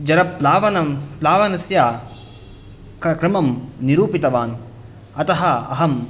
जलप्लावनं प्लावनस्य क्रमं निरूपितवान् अतः अहं